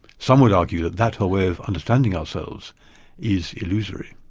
some would argue that that whole way of understanding ourselves is illusory.